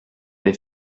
les